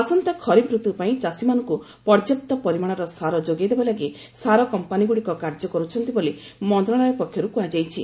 ଆସନ୍ତା ଖରିଫ୍ ରତୁ ପାଇଁ ଚାଷୀମାନଙ୍କୁ ପର୍ଯ୍ୟାପ୍ତ ପରିମାଣର ସାର ଯୋଗାଇ ଦେବା ଲାଗି ସାର କମ୍ପାନୀଗୁଡ଼ିକ କାର୍ଯ୍ୟ କରୁଛନ୍ତି ବୋଲି ମନ୍ତ୍ରଣାଳୟ ପକ୍ଷରୁ କୁହାଯାଇଛି